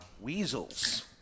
weasels